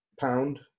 pound